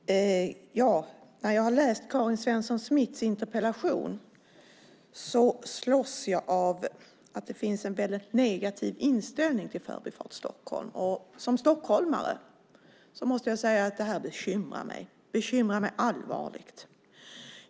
Fru talman! När jag läste Karin Svensson Smiths interpellation slogs jag av att det finns en negativ inställning till Förbifart Stockholm. Som stockholmare måste jag säga att det bekymrar mig. Det bekymrar mig allvarligt.